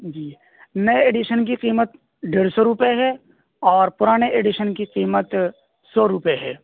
جی نئے ایڈیشن کی قیمت ڈیرھ سو روپے ہے اور پرانے ایڈیشن کی قیمت سو روپے ہے